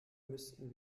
müssten